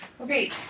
Okay